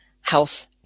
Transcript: health